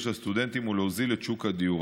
על הסטודנטים ולהוזיל את שוק הדיור.